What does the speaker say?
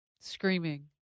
screaming